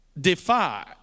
defy